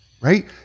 Right